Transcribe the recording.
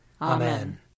Amen